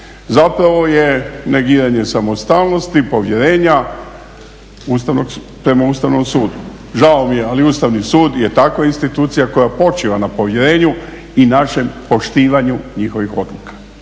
zapravo je negiranje samostalnosti, povjerenja prema Ustavnom sudu. Žao mi je ali Ustavni sud je takva institucija koja počiva na povjerenju i našem poštivanju njihovih odluka,